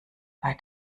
bei